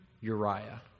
Uriah